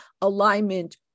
alignment